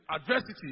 adversity